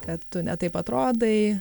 kad tu ne taip atrodai